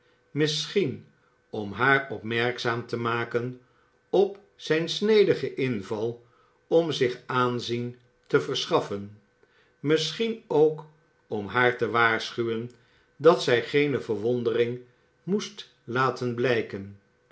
misschien om haar opmerkzaam te maken op zijn snedigen inval om zich aanzien te verschaffen misschien ook om haar te waarschuwen dat zij geene verwondering moest laten blijken